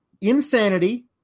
insanity